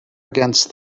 against